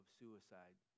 suicide